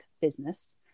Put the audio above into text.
business